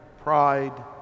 pride